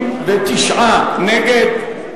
69 נגד,